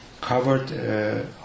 covered